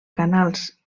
canals